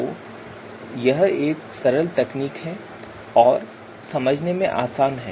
तो यह एक सरल तकनीक है और समझने में आसान है